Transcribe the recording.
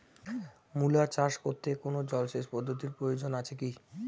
মূলা চাষ করতে কোনো জলসেচ পদ্ধতির প্রয়োজন আছে কী?